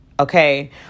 okay